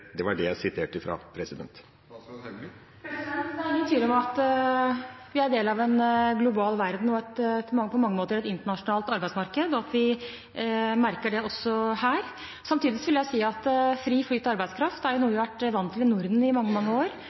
er ingen tvil om at vi er en del av en global verden. Vi har på mange måter et internasjonalt arbeidsmarked, og vi merker det også her. Samtidig vil jeg si at fri flyt av arbeidskraft er noe vi har vært vant til i Norden i mange, mange år.